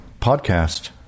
podcast